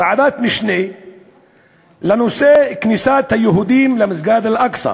ועדת משנה לנושא כניסת היהודים למסגד אל-אקצא.